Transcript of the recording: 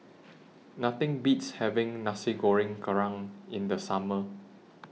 Nothing Beats having Nasi Goreng Kerang in The Summer